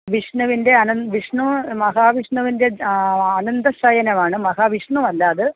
വിഷ്ണുവിൻ്റെ അന വിഷ്ണു മഹാവിഷ്ണുവിൻ്റെ അനന്തശയനമാണ് മഹാവിഷ്ണുവല്ല അത്